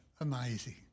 amazing